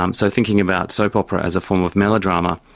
um so thinking about soap opera as a form of melodrama,